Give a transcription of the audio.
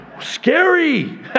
Scary